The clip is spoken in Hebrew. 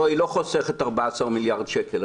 לא, היא לא חוסכת 14 מיליארד שקל.